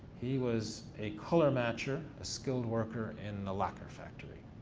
he was a color matcher, a skilled worker in the lacquer factory.